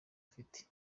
ifite